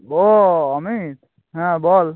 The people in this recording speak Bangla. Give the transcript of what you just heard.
ও অমিত হ্যাঁ বল